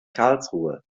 karlsruhe